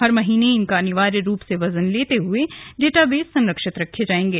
हर महीने इनका अनिवार्य रूप से वजन लेते हुए डाटाबेस संरक्षित किये जायेंगे